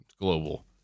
global